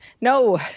no